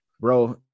bro